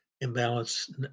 imbalance